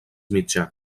mitjà